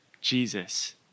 Jesus